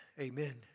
amen